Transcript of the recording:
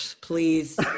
Please